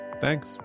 Thanks